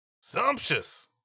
Sumptuous